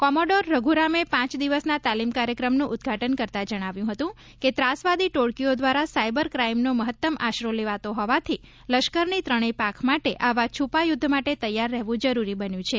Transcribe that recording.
commodore રઘુરામે પાંચ દિવસના તાલીમ કાર્યક્રમનું ઉદ્દઘાટન કરતા જજ્ઞાવ્યું હતું કે ત્રાસવાદી ટોળકીઓ દ્વારા સાયબર ક્રાઇમનો મહત્તમ આશરો લેવાતો હોવાથી લશ્કરની ત્રણેય પાંખ માટે આવા છુપા યુદ્ધ માટે તૈયાર રહેવું જરૂરી બન્યું છે